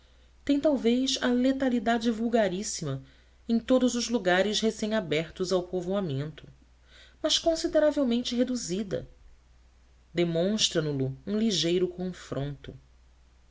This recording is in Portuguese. têm talvez a letalidade vulgaríssima em todos os lugares recém abertos ao povoamento mas consideravelmente reduzida demonstra no lo um ligeiro confronto